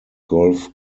golf